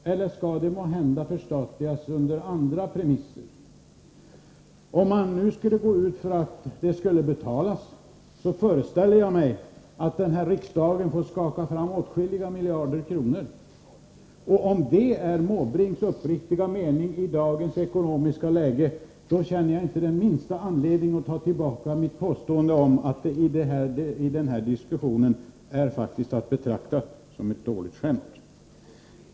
Skall företaget måhända förstatligas under andra premisser? Om man nu skulle gå in för att nationaliseringen skulle ersättas, föreställer jag mig att riksdagen finge skaka fram åtskilliga miljarder kronor. Om det är Måbrinks uppriktiga mening i dagens ekonomiska läge, känner jag inte den minsta anledning att ta tillbaka mitt påstående att vpk:s förslag i den här diskussionen faktiskt är att betrakta som ett dåligt skämt.